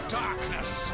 darkness